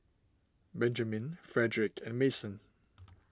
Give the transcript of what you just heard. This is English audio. Benjamine Frederick and Mason